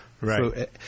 Right